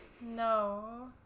no